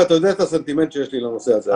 ואתה יודע את הסנטימנט שיש לי לנושא הזה.